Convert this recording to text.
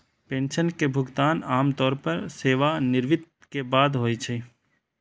pension के भुगतान आम तौर पर सेवानिवृत्ति के बाद होइ छै